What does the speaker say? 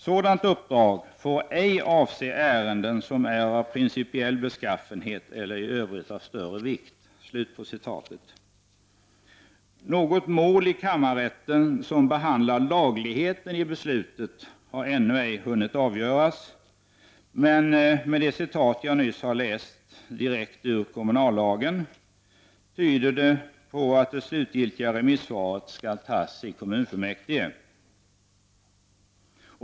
Sådant uppdrag får ej avse ärenden som är av principiell beskaffenhet eller i övrigt av större vikt.” Något mål som behandlar lagligheten i beslutet har ännu ej hunnit avgöras i kammarrätten. Med det citat ur kommunallagen som jag läste upp tyder på att det slutgiltiga remissvaret skall fattas i kommunfullmäktige.